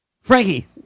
Frankie